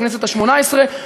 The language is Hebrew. בכנסת השמונה-עשרה.